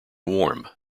warm